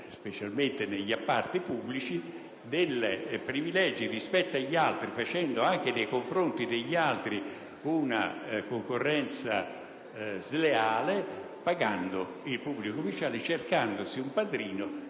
specialmente negli appalti pubblici, dei privilegi rispetto agli altri, facendo anche nei confronti degli altri una concorrenza sleale, pagando il pubblico ufficiale e cercando un padrino